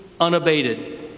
unabated